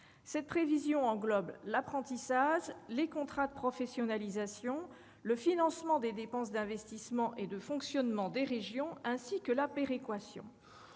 Cette prévision englobe l'apprentissage, les contrats de professionnalisation, le financement des dépenses d'investissement et de fonctionnement des régions, ainsi que la péréquation.